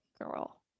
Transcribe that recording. girl